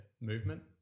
movement